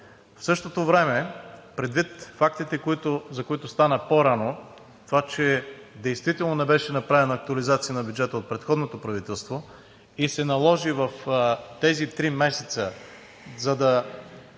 В същото време предвид фактите, за които стана дума по-рано, това че действително не беше направена актуализация на бюджета от предходното правителство и се наложи в тези три месеца, за да